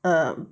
um